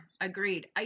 agreed